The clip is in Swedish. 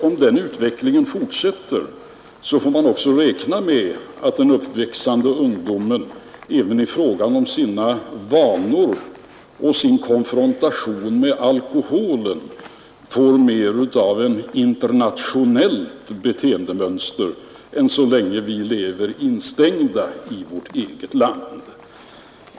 Om den utvecklingen fortsätter får vi också räkna med att den uppväxande ungdomen även i fråga om sina vanor och vid sin konfrontation med alkoholen får mer av ett internationellt beteendemönster än de har så länge vi lever instängda i vårt eget land.